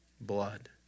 blood